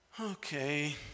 Okay